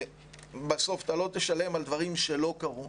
בסוף אתה לא תשלם על דברים שלא קרו.